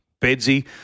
Bedsy